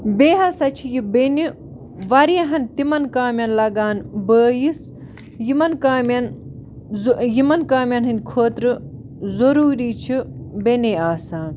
بیٚیہِ ہَسا چھِ یہِ بیٚنہِ واریاہَن تِمَن کامٮ۪ن لَگان بٲیِس یِمَن کامٮ۪ن ضوٚ یِمَن کامٮ۪ن ہِنٛدۍ خٲطرٕ ضٔروٗری چھِ بیٚنے آسان